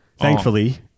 Thankfully